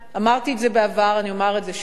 אמרתי את זה בעבר, ואני אומר את זה שוב: